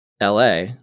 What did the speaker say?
LA